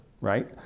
right